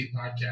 podcast